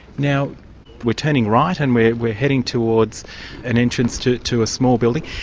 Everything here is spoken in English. now we're turning right and we're we're heading towards an entrance to to a small building.